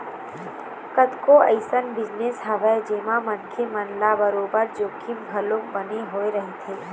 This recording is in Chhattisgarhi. कतको अइसन बिजनेस हवय जेमा मनखे मन ल बरोबर जोखिम घलोक बने होय रहिथे